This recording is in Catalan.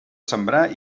sembrar